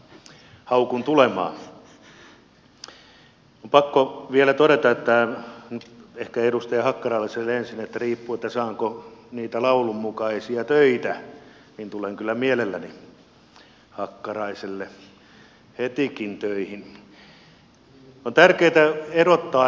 on pakko vielä todeta ehkä edustaja hakkaraiselle ensin että riippuen siitä saanko niitä laulun mukaisia töitä tulen kyllä mielelläni hakkaraiselle hetikin töihin